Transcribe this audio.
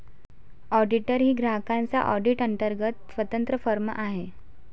auditor ही ग्राहकांच्या audit अंतर्गत स्वतंत्र फर्म आहे